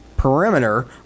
perimeter